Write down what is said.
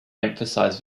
emphasized